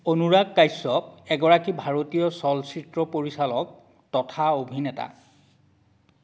অনুৰাগ কাশ্যপ এগৰাকী ভাৰতীয় চলচ্চিত্ৰ পৰিচালক তথা অভিনেতা